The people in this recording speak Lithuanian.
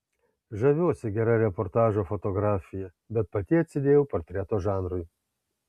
žaviuosi gera reportažo fotografija bet pati atsidėjau portreto žanrui